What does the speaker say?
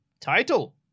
title